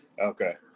Okay